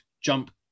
jump